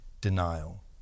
denial